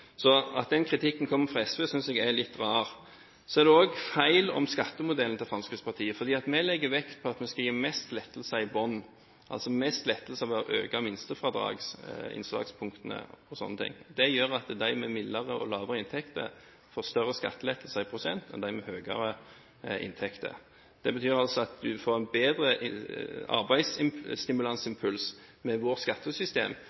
Så at den kritikken kommer fra SV, synes jeg er litt rart. Så er det også feil om skattemodellen til Fremskrittspartiet. Vi legger vekt på at vi skal gi mest lettelser i bunnen, altså mest lettelser ved å øke innslagspunktene for minstefradraget og sånne ting. Det gjør at de med midlere og lavere inntekter får større skattelettelser i prosent enn de med høyere inntekter. Det betyr altså at du får en bedre arbeidsstimulansimpuls med vårt skattesystem,